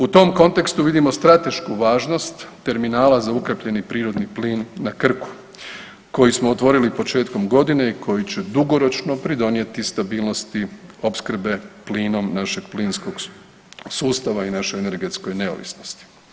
U tom kontekstu vidimo stratešku važnost terminala za ukapljeni prirodni plin na Krku koji smo otvorili početkom godine i koji će dugoročno pridonijeti stabilnosti opskrbe plinom našeg plinskog sustava i našu energetsku neovisnost.